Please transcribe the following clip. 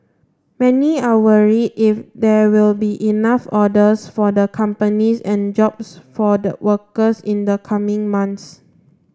many are worried if there will be enough orders for the companies and jobs for the workers in the coming months